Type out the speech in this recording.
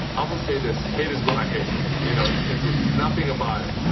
i will say this, haters going to hate, you know you can't do nothing about it.